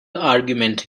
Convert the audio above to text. argument